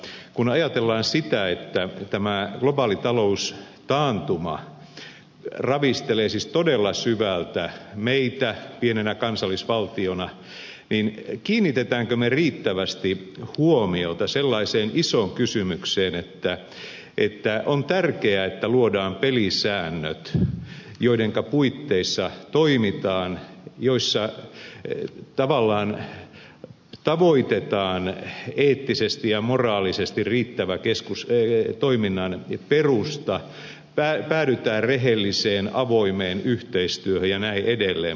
mutta kun ajatellaan sitä että tämä globaali taloustaantuma ravistelee siis todella syvältä meitä pienenä kansallisvaltiona niin kiinnitämmekö me riittävästi huomiota sellaiseen isoon kysymykseen että on tärkeää että luodaan pelisäännöt joidenka puitteissa toimitaan joissa tavallaan tavoitetaan eettisesti ja moraalisesti riittävä toiminnan perusta päädytään rehelliseen avoimeen yhteistyöhön ja niin edelleen